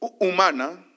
humana